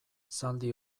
zaldi